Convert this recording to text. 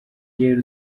rero